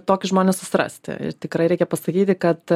tokius žmones susirasti ir tikrai reikia pasakyti kad